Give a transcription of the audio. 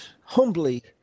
humbly